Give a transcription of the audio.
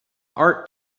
art